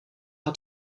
hat